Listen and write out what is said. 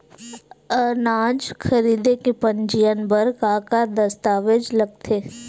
अनाज खरीदे के पंजीयन बर का का दस्तावेज लगथे?